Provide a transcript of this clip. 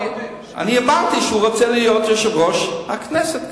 אני אמרתי שהוא רוצה להיות יושב-ראש הכנסת כאן.